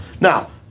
Now